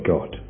God